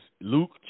Luke